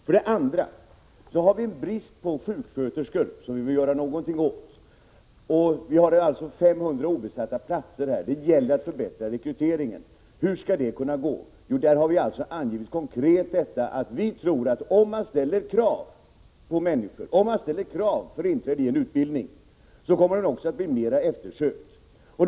För det andra har vi en brist på sjuksköterskor, som vi vill göra någonting åt. Vi har 500 obesatta platser. Det gäller att förbättra rekryteringen. Hur skall det gå till? Vi tror att om man ställer krav avseende tillträde till en utbildning kommer den att bli mer eftersökt.